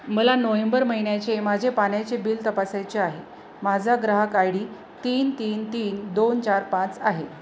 मला नोहेंबर महिन्याचे माझे पाण्याचे बिल तपासायचे आहे माझा ग्राहक आय डी तीन तीन तीन दोन चार पाच आहे